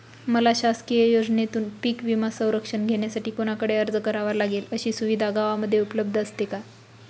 मला शासकीय योजनेतून पीक विमा संरक्षण घेण्यासाठी कुणाकडे अर्ज करावा लागेल? अशी सुविधा गावामध्ये उपलब्ध असते का?